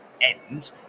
end